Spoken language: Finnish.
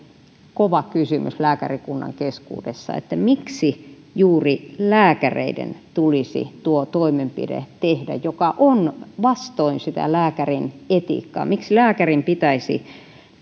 kova kysymys lääkärikunnan keskuudessa että miksi juuri lääkäreiden tulisi tuo toimenpide tehdä joka on vastoin sitä lääkärin etiikkaa miksi lääkärin pitäisi